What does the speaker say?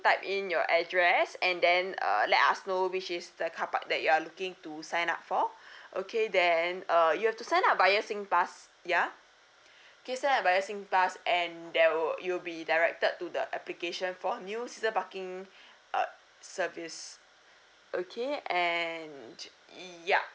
type in your address and then uh let us know which is the carpark that you're looking to sign up for okay then err you've to sign up via sing pass ya okay sign up via sing pass and there were you'll be directed to the application for new season parking uh service okay and yup